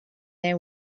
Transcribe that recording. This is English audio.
they